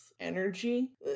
energy